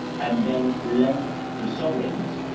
and then lend to sovereigns